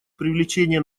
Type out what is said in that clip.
привлечение